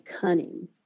cunning